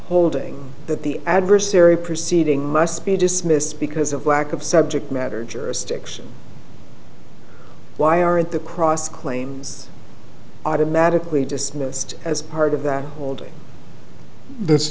holding that the adversary proceeding must be dismissed because of lack of subject matter jurisdiction why aren't the cross claims automatically dismissed as part of that holding that's